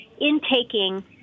intaking